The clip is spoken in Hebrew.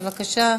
בבקשה.